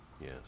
Yes